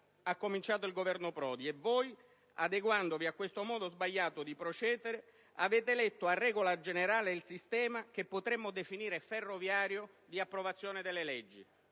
ha cominciato il Governo Prodi, e voi, adeguandovi a questo modo sbagliato di procedere, avete eletto a regola generale il sistema, che potremmo definire "ferroviario", di approvazione delle leggi.